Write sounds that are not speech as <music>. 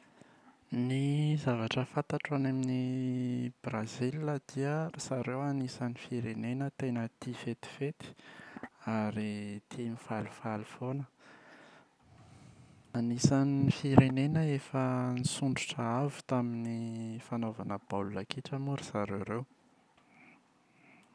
Ny zavatra fantatro any amin’ny <hesitation> Brazila dia ry zareo anisan’ny firenena tena tia fetifety ary <hesitation> tia mifalifaly foana. Anisan’ny firenena efa nisondrotra avo tamin’ny fanaovana baolina kitra moa ry zareo ireo.